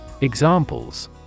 Examples